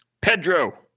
Pedro